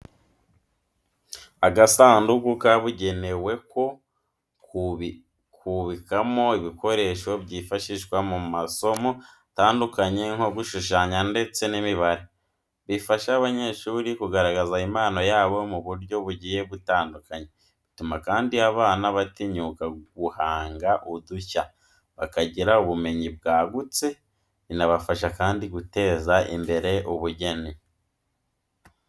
Agasanduku kabugenewe ko kubikamo ibikoresho byifashishwa mu masomo atandukanye nko gushushanya ndetse n'imibare. Bifasha abanyeshuri kugaragaza impano zabo mu buryo bugiye butandukanye, bituma kandi abana batinyuka guhanga udushya, bakagira ubumenyi bwagutse, binabafasha kandi guteza imbere ubugeni.